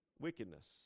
wickedness